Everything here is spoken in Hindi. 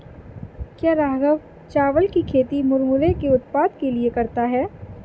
क्या राघव चावल की खेती मुरमुरे के उत्पाद के लिए करता है?